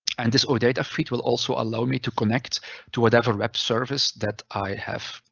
and this odata feed will also allow me to connect to whatever web service that i have.